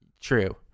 True